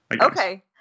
Okay